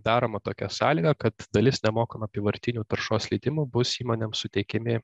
daroma tokia sąlyga kad dalis nemokamų apyvartinių taršos leidimų bus įmonėms suteikiami